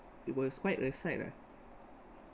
it was quite a sight lah